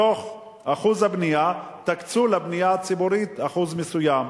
מתוך אחוז הבנייה תקצו לבנייה הציבורית אחוז מסוים